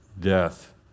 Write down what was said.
death